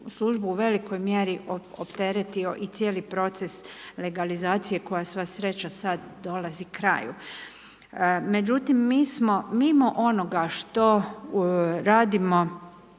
službu u velikoj mjeri opteretio i cijeli proces legalizacije koja sva sreća sad dolazi kraju. Međutim, mi smo mimo onoga što radimo